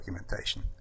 documentation